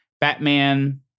Batman